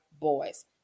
boys